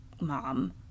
mom